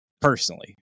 personally